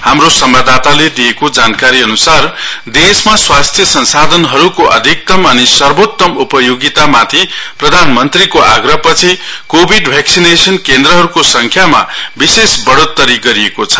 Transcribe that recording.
हाम्रो सम्वाददाताले दिएको जानकारी अनुसार देशमा स्वास्थ्य संसाधनहरूको अधिकतम् अनि सर्वोत्तम उपयोगितामाथि प्रधान मन्त्रीको आग्रह पछि कोविड भेक्सिनेसन केन्द्रहरूको संख्यामा विशेष बढ़ोत्तरी गरिएको छ